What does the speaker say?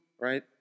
right